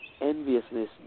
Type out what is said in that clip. enviousness